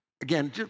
again